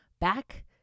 back